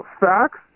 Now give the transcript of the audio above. Facts